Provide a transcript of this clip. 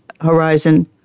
horizon